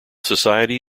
society